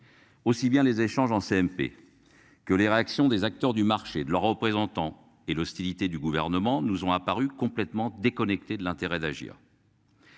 Aussi bien les échanges en CMP. Que les réactions des acteurs du marché de leurs représentants et l'hostilité du gouvernement. Nous on a paru complètement déconnectée de l'intérêt d'agir.